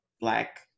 black